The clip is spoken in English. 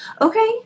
Okay